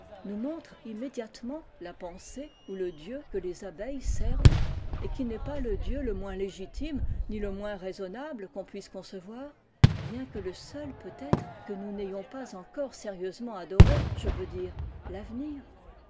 nous montrent immédiatement la pensée ou le dieu que les abeilles servent et qui n'est pas ie dieu le moins légitime ni le moins raisonnable qu'on puisse concevoir bien que le seul peutêtre que nous n'ayons pas encore sérieusement adoré je veux dire l'avenir